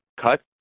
cut